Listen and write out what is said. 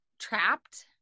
trapped